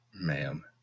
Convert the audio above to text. ma'am